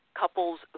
couples